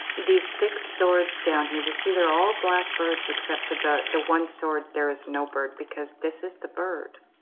these six swords down here to see they're all blackbirds except for the the one sword there is no bird because this is the bird